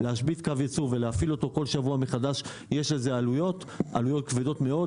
להשבית קו יצור ולהפעיל אותו כל שבוע מחדש יש לזה עלויות כבדות מאוד.